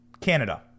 Canada